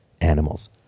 animals